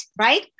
right